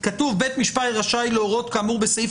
מכיוון שב-220ב(ב) כתוב "בית משפט רשאי להורות כאמור בסעיף